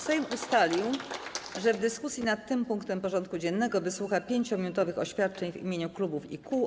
Sejm ustalił, że w dyskusji nad tym punktem porządku dziennego wysłucha 5-minutowych oświadczeń w imieniu klubów i kół.